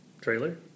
trailer